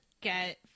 get